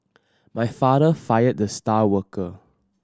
my father fired the star worker